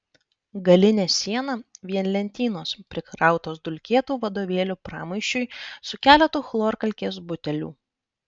galinė siena vien lentynos prikrautos dulkėtų vadovėlių pramaišiui su keletu chlorkalkės butelių